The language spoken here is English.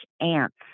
ants